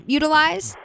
utilize